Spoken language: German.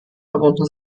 verbunden